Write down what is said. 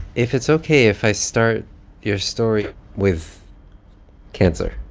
if it's ok if i start your story with cancer.